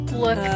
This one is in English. look